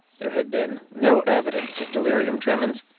there had been no evidence of delirium tremens,